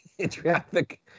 Traffic